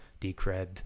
Decred